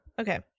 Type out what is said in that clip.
okay